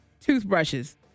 toothbrushes